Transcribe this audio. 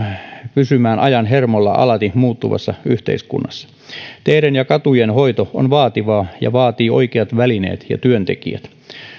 pysymään ajan hermolla alati muuttuvassa yhteiskunnassa teiden ja katujen hoito on vaativaa ja vaatii oikeat välineet ja työntekijät